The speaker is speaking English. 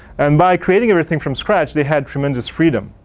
and by creating everything from scratch they had tremendous freedom.